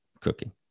Cooking